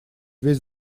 весь